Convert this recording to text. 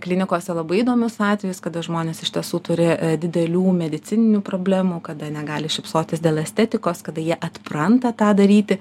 klinikose labai įdomius atvejus kada žmonės iš tiesų turi didelių medicininių problemų kada negali šypsotis dėl estetikos kada jie atpranta tą daryti